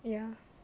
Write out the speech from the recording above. ya